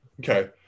Okay